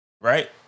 right